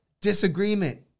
disagreement